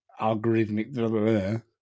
algorithmic